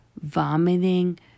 vomiting